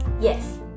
Yes